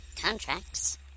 Contracts